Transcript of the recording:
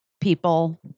people